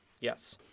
yes